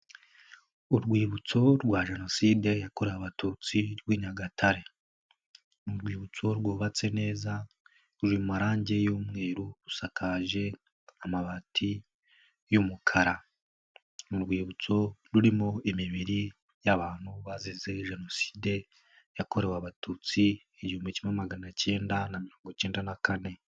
Urwibutso rwa jenoside yakorewe abatutsi rw' i Nyagatare. Ni urwibutso rwubatse neza, ruri mu marange y'umweru rusakaje amabati y'umukara, ni urwibutso rurimo imibiri y'abantu bazize jenoside yakorewe abatutsi, igihumbi kimwe magana kenda na mirongo ikenda na kane.